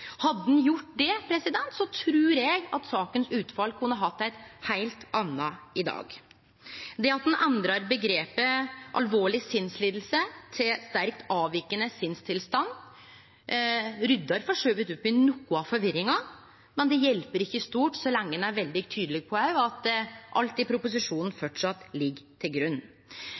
Hadde ein gjort det, trur eg at utfallet i saka kunne ha vore eit heilt anna i dag. Det at ein endrar omgrepet «alvorlig sinnslidelse» til «sterkt avvikende sinnstilstand», ryddar for så vidt opp i noko av forvirringa, men det hjelper ikkje stort så lenge ein òg er veldig tydeleg på at alt i proposisjonen framleis ligg til grunn.